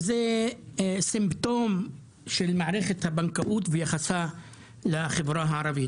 זה סימפטום של מערכת הבנקאות ויחסה לחברה הערבית.